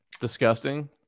Disgusting